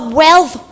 wealth